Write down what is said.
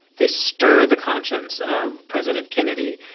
they stir the conscience of president kennedy.